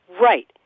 Right